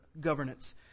governance